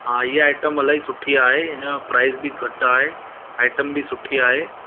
हा इहा आइटम इलाही सुठी आहे हिनजो प्राइस बि घटि आहे आइटम बि सुठी आहे